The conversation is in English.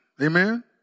Amen